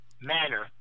manner